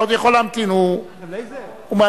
היא של